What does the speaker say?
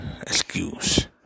excuse